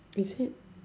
is it